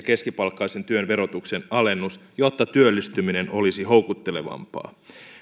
keskipalkkaisen työn verotuksen alennus jotta työllistyminen olisi houkuttelevampaa